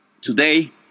today